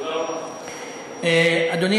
אדוני